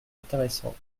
intéressant